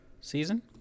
season